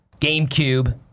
GameCube